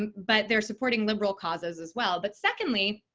but they're supporting liberal causes as well. but secondly,